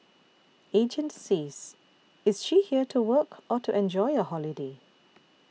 agent says is she here to work or to enjoy a holiday